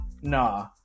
nah